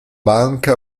banca